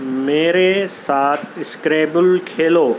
میرے ساتھ اسکریبل کھیلو